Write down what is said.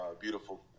beautiful